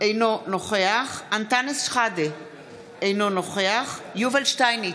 אינו נוכח אנטאנס שחאדה, אינו נוכח יובל שטייניץ,